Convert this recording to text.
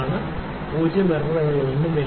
ഇത് യാദൃശ്ചികമാണ് പൂജ്യം എറർകളൊന്നുമില്ല